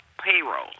payroll